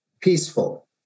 peaceful